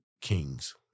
kings